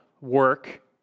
work